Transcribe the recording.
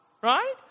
right